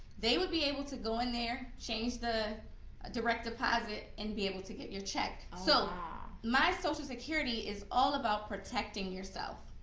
they will be able to go in and change the direct deposit and be able to get your check. so ah my social security is all about protecting yourself.